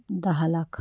दहा लाख